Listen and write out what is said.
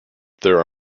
there